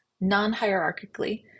non-hierarchically